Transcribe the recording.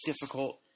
difficult